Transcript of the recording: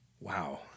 wow